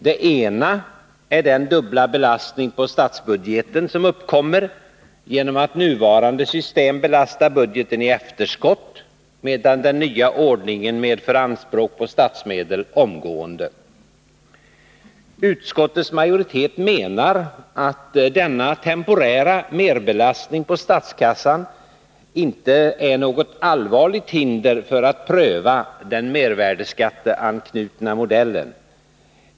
Det ena är den dubbla belastning på statsbudgeten som uppkommer genom att nuvarande system belastar budgeten i efterskott, medan den nya ordningen medför anspråk på statsmedel omgående. Utskottets majoritet menar att denna temporära merbelastning på statskassan inte är något allvarligt hinder för att pröva den mervärdeskatteanknutna modellen.